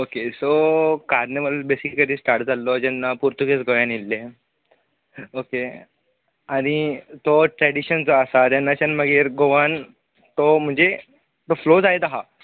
okay so carnival basically start जाल्लो जेन्ना Portuguese गोंयान येल्ले ओके आनी तो ट्रॅडीशन जो आसा तेन्नाच्यान मागीर गोवान तो म्हणजे तो फ्लो जायत आहा